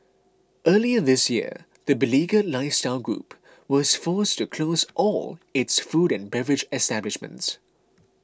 earlier this year the beleaguered lifestyle group was forced to close all its food and beverage establishments